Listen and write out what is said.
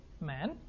man